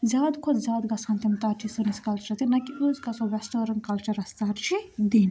زیادٕ کھۄتہٕ زیادٕ گژھہِ ہان تِم ترجیٖح سٲنِس کَلچرَس دِنۍ نہ کہِ أسۍ گژھو ویٚسٹٲرٕن کلچرس ترجیٖح دِنۍ